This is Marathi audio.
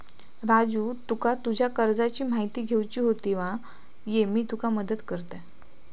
राजू तुका तुज्या कर्जाची म्हायती घेवची होती मा, ये मी तुका मदत करतय